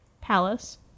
Palace